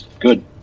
good